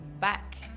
back